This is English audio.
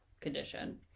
condition